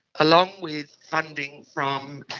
along with funding from